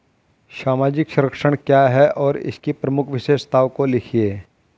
सामाजिक संरक्षण क्या है और इसकी प्रमुख विशेषताओं को लिखिए?